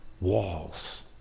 walls